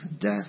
death